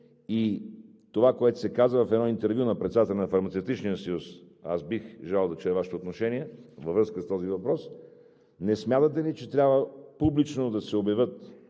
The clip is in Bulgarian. и това, което се каза в едно интервю на председателя на Фармацевтичния съюз – аз бих желал да чуя Вашето отношение във връзка с този въпрос; не смятате ли, че трябва публично да се обявят